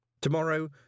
Tomorrow